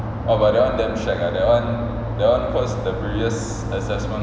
oh but that [one] damn shag ah that [one] that [one] cause the previous assessment